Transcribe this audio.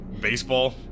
Baseball